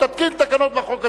תתקין תקנות בחוק זה.